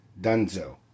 Dunzo